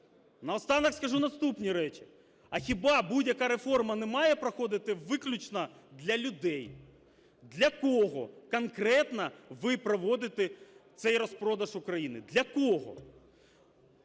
Наостанок скажу наступні речі. А хіба будь-яка реформа не має проходити виключно для людей? Для кого конкретно ви проводите цей розпродаж України, для кого?